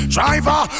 Driver